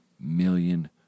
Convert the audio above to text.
million